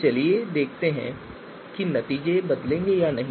तो चलिए देखते हैं कि नतीजे बदलेंगे या नहीं